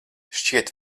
šķiet